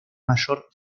mayor